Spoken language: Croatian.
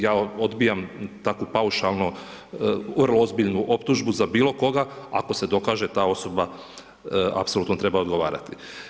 Ja odbijam takvu paušalno vrlo ozbiljnu optužbu za bilo koga, ako se dokaže ta osoba apsolutno treba odgovarati.